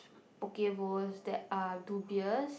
Poke-Bowls that are dubious